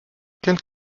quel